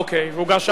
אוקיי, הוגש ערר.